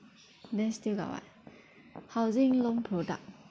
then still got what housing loan product